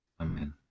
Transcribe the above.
Amen